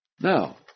Now